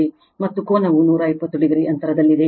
ಮತ್ತು ಕೋನವು 120o ಅಂತರದಲ್ಲಿದೆ